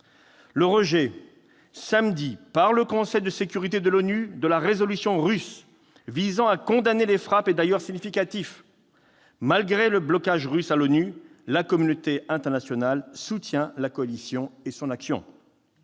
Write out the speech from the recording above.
Le rejet, samedi, par le Conseil de sécurité de l'ONU, de la résolution russe visant à condamner les frappes est d'ailleurs significatif : malgré le blocage russe à l'ONU, la communauté internationale soutient la coalition et son action.